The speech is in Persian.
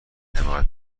حمایت